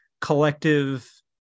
collective